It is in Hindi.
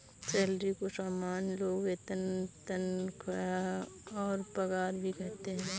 सैलरी को सामान्य लोग वेतन तनख्वाह और पगार भी कहते है